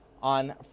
On